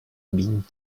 been